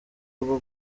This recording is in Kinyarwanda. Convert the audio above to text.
bwo